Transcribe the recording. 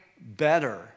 better